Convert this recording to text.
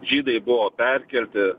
žydai buvo perkelti